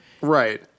right